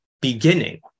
beginning